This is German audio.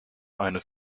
eine